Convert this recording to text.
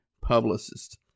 Publicist